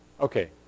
Okay